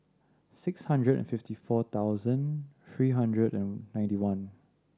six hundred and fifty four thousand three hundred and ninety one